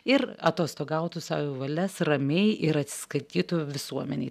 ir atostogautų sau į valias ramiai ir atsiskaitytų visuomenei